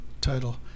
title